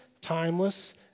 timeless